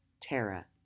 Tara